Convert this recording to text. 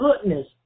goodness